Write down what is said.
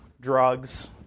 drugs